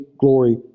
glory